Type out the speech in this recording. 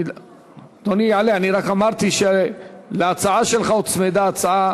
אדוני יעלה, אני רק אמרתי שלהצעה שלך הוצמדה הצעת